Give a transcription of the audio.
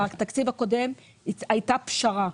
בתקציב הקודם הייתה פשרה.